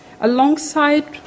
alongside